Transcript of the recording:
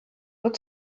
nur